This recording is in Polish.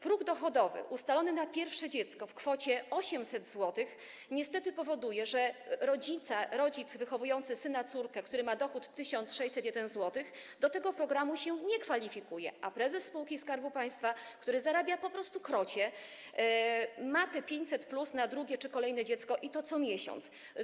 Próg dochodowy ustalony na pierwsze dziecko w kwocie 800 zł niestety powoduje, że rodzic wychowujący syna, córkę, który ma dochód 1601 zł, do tego programu się nie kwalifikuje, a prezes spółki Skarbu Państwa, który zarabia krocie, ma te 500+ na drugie czy kolejne dziecko, i to co miesiąc.